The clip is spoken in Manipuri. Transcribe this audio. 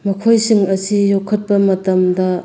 ꯃꯈꯣꯏꯁꯤꯡ ꯑꯁꯤ ꯌꯣꯛꯈꯠꯄ ꯃꯇꯝꯗ